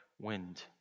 wind